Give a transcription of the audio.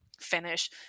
finish